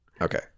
okay